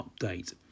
update